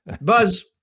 buzz